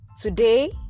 today